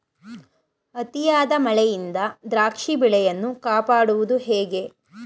ಅತಿಯಾದ ಮಳೆಯಿಂದ ದ್ರಾಕ್ಷಿ ಬೆಳೆಯನ್ನು ಕಾಪಾಡುವುದು ಹೇಗೆ?